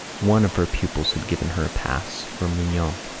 one of her pupils had given her a pass for mignon.